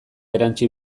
erantsi